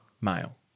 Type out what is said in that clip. male